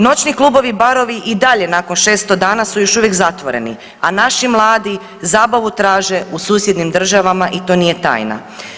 Noćni klubovi i barovi i dalje nakon 600 dana su još uvijek zatvoreni, a naši mladi zabavu traže u susjednim državama i to nije tajna.